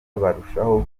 barushaho